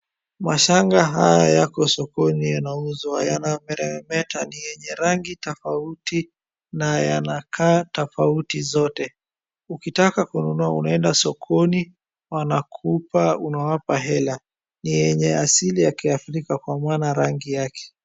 Mashanga haya yako sokoni yanauzwa, yanameremeta ni yenye rangi tofauti na yanakaa tofauti zote. Ukitaka kununua unaenda sokoni wanakupa unawapa hela. Ni yenye asili ya Kiafrika kwa maana rangi yake.